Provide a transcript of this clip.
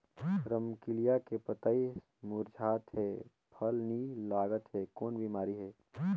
रमकलिया के पतई मुरझात हे फल नी लागत हे कौन बिमारी हे?